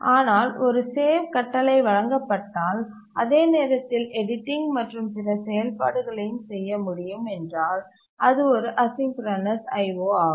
ஆனால் ஒரு சேவ் கட்டளை வழங்கப்பட்டால் அதே நேரத்தில் எடிட்டிங் மற்றும் பிற செயல்பாடுகளையும் செய்ய முடியும் என்றால் அது ஒரு அசிங்கரநஸ் IO ஆகும்